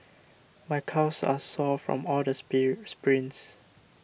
my calves are sore from all the sprit sprints